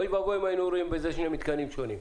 אוי ואבוי אם היינו רואים בזה שני מתקנים שונים.